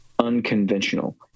unconventional